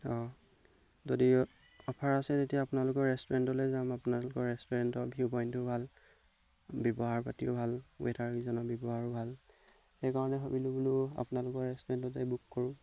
অঁ যদি অফাৰ আছে তেতিয়া আপোনালোকৰ ৰেষ্টুৰেণ্টলৈ যাম আপোনালোকৰ ৰেষ্টুৰেণ্টৰ ভিউ পইণ্টো ভাল ব্যৱহাৰ পাতিও ভাল ৱেইটাৰকেইজনৰ ব্যৱহাৰো ভাল সেইকাৰণে ভাবিলোঁ বোলো আপোনালোকৰ ৰেষ্টুৰেণ্টতে বুক কৰোঁ